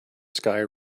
sky